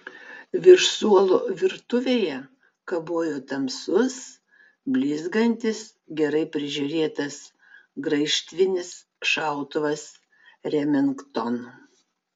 virš suolo virtuvėje kabojo tamsus blizgantis gerai prižiūrėtas graižtvinis šautuvas remington